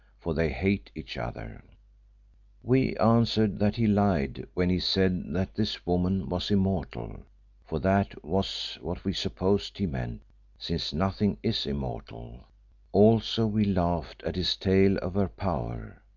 for they hate each other we answered that he lied when he said that this woman was immortal for that was what we supposed he meant since nothing is immortal also we laughed at his tale of her power.